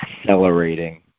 accelerating